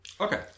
Okay